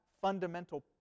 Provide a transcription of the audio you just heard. fundamental